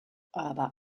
aber